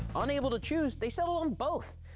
unable to choose, they settled on both,